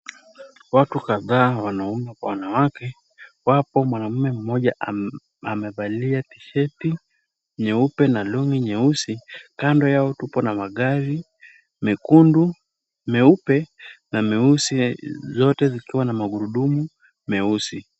Watu kadhaa wanaume kwa wanawake wapo. Mwanaume mmoja amevalia tisheti nyeupe na long'i nyeusi. Kando yao tupo na magari mekundu, meupe na meusi, zote zikiwa na magurudumu meusi.